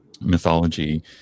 mythology